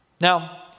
Now